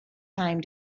time